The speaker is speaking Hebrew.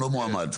לא מועמד.